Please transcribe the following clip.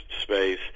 space